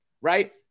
right